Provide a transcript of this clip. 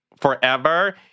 forever